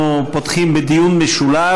אנחנו פותחים בדיון משולב.